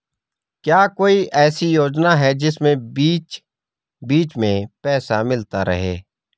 क्या कोई ऐसी योजना है जिसमें बीच बीच में पैसा मिलता रहे?